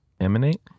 Emanate